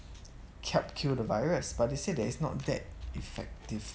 cap kill the virus but they say that it's not that effective